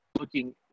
looking